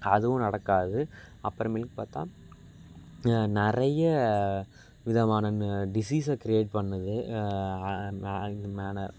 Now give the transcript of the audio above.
அதுவும் நடக்காது அப்புறமேலுக்கு பார்த்தா நிறைய விதமானன டிசீஸை கிரீயேட் பண்ணுது